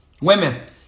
Women